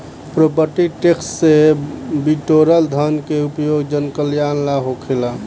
property tax से बिटोरल धन के उपयोग जनकल्यान ला होखेला